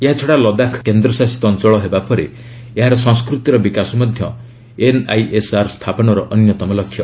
ଏହାଛଡ଼ା ଲଦାଖ୍ ଏକ କେନ୍ଦ୍ରଶାସିତ ଅଞ୍ଚଳ ହେବା ପରେ ଏହାର ସଂସ୍କୃତିର ବିକାଶ ମଧ୍ୟ ଏନ୍ଆଇଏସ୍ଆର ସ୍ଥାପନର ଅନ୍ୟତମ ଲକ୍ଷ୍ୟ